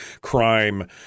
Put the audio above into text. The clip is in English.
crime